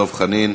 דב חנין,